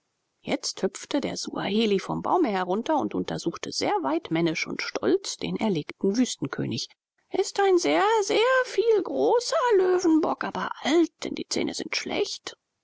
jetzt hüpfte der suaheli vom baume herunter und untersuchte sehr weidmännisch und stolz den erlegten wüstenkönig ist ein sehr sehr viel großer löwenbock aber alt denn die zähne sind schlecht